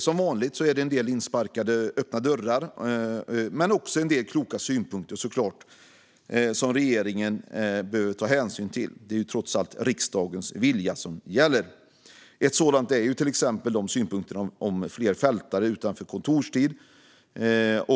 Som vanligt sparkas en del öppna dörrar in, men det finns också kloka synpunkter som regeringen behöver ta hänsyn till. Det är trots allt riksdagens vilja som gäller. Ett handlar om fler fältare utanför kontorstid.